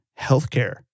healthcare